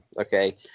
Okay